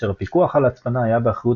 כאשר הפיקוח על ההצפנה היה באחריות